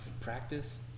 practice